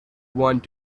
want